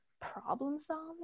problem-solving